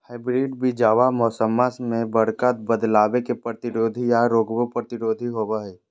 hybrid बीजावा मौसम्मा मे बडका बदलाबो के प्रतिरोधी आ रोगबो प्रतिरोधी होबो हई